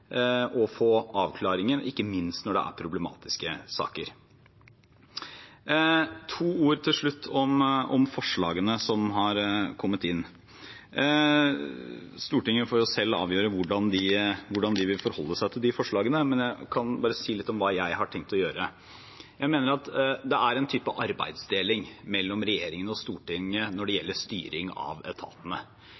få avklaringer, ikke minst når det er problematiske saker. To ord til slutt om forslagene som har kommet inn: Stortinget får selv avgjøre hvordan de vil forholde seg til de forslagene, men jeg kan bare si litt om hva jeg har tenkt å gjøre. Jeg mener at det er en type arbeidsdeling mellom regjeringen og Stortinget når det